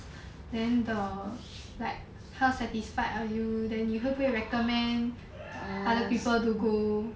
then the like how satisfied are you then 你会不会 recommend other people to go